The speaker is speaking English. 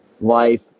life